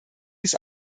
dies